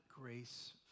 Grace